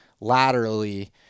laterally